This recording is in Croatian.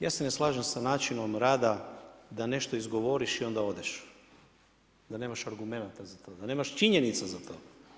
Ja se ne slažem sa načinom radom da nešto izgovoriš i onda odeš, da nemaš argumenata za to, da nemaš činjenica za to.